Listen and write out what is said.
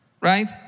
Right